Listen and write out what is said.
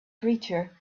creature